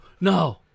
no